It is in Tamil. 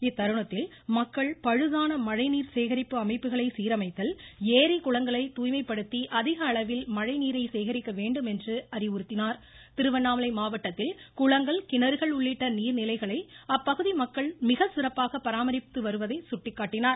இத்தருணத்தில் மக்கள் பழுதான மழைநீர் சேகரிப்பு அமைப்புகளை சீரமைத்தல் ஏரி குளங்களை தூய்மைப்படுத்தி அதிக அளவில் மழைநீரை சேகரிக்க வேண்டும் என அறிவுறுத்திய பிரதமர் திருவண்ணாமலை மாவட்டத்தில் குளங்கள் கிணறுகள் உள்ளிட்ட நீர்நிலைகளை அப்பகுதி மக்கள் மிகச்சிறப்பாக பராமரித்து வருவதை சுட்டிக்காட்டினார்